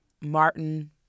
Martin